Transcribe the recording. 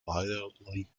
violently